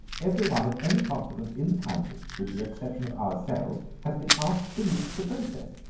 every one of any consequence in the county, with the exception of ourselves, has been asked to meet the princess,